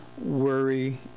worry